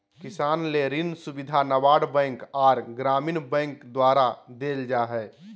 किसान ले ऋण सुविधा नाबार्ड बैंक आर ग्रामीण बैंक द्वारा देल जा हय